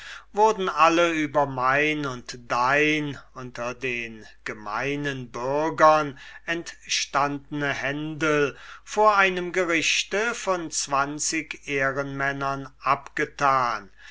wurden alle über mein und dein unter den gemeinen bürgern entstandne händel vor einem gerichte von zwanzig ehrenmännern abgetan